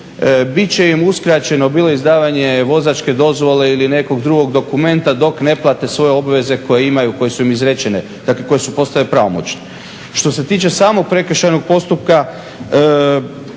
bit će im ukraćeno bilo izdavanje vozačke dozvole ili nekog drugog dokumenta, dok ne plate svoje obveze koje imaju, koje su im izrečene, dakle koje su postale pravomoćne. Što se tiče samog prekršajnog postupka